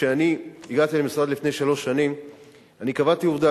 שכשאני הגעתי למשרד לפני כשלוש שנים קבעתי עובדה